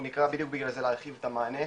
אנחנו נקרא בדיוק בגלל זה להרחיב את המענה,